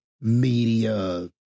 media